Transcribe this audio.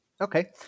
Okay